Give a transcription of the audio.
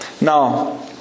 Now